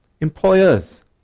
Employers